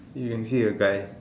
you can see a guy